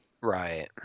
Right